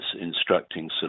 instructing